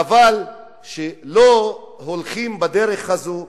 חבל שלא הולכים בדרך הזאת,